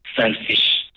selfish